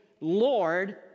Lord